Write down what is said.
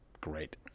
Great